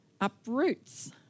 Uproots